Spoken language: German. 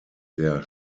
der